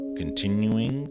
continuing